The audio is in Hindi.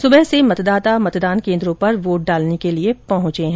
सुबह से मतदाता मतदान केन्द्रों पर वोट डालने के लिए पहुंच रहे हैं